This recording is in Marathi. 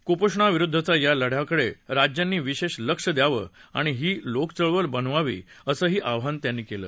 कुपोषणाविरुद्धच्या या लढ्याकडे राज्यांनी विशेष लक्ष द्यावं आणि ही लोकचळवळ बनवावी असं आवाहन त्यांनी केलं